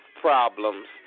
problems